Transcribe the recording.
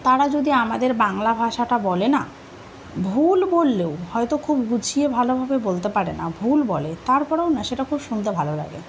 তারা যদি আমাদের বাংলা ভাষাটা বলেনা ভুল বললেও হয়তো খুব বুঝিয়ে ভালোভাবে বলতে পারে না ভুল বলে তারপরেও না সেটা খুব শুনতে ভালো লাগে